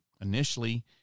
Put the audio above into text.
initially